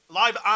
live